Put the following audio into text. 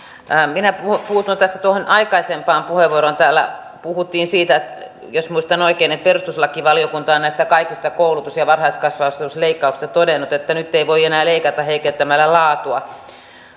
minä puutun tässä tuohon aikaisempaan puheenvuoroon täällä puhuttiin siitä jos muistan oikein että perustuslakivaliokunta on näistä kaikista koulutus ja varhaiskasvatusleikkauksista todennut että nyt ei voi enää leikata heikentämällä laatua